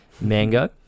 Mango